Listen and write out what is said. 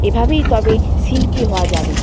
এভাবেই তবে শিল্পী হওয়া যাবে